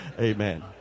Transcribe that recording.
Amen